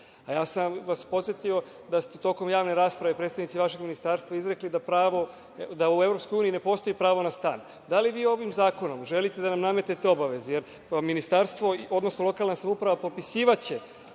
sam vas podsetio da ste tokom javne rasprave, predstavnici vašeg ministarstva, izrekli da u EU ne postoji pravo na stan. Da li vi ovim zakonom želite da nam nametnete obaveze, jer lokalna samouprava će popisivati